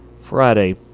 Friday